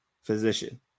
physician